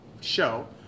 show